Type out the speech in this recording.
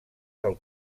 del